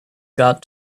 got